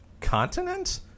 continent